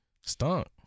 stunk